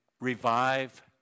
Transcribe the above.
revive